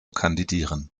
kandidieren